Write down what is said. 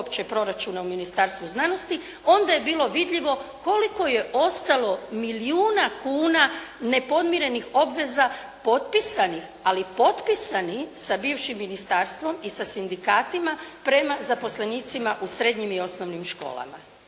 uopće proračuna u Ministarstvu znanosti onda je bilo vidljivo koliko je ostalo milijuna kuna nepodmirenih obveza, potpisanih ali potpisanih sa bivšim ministarstvom i sa sindikatima prema zaposlenicima u srednjim i osnovnim školama.